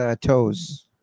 toes